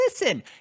listen